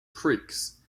creeks